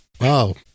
wow